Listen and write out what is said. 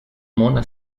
mona